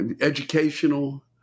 educational